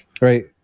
right